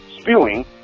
spewing